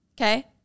okay